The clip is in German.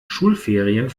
schulferien